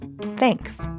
Thanks